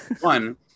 One